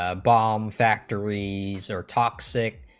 ah but um factories are toxic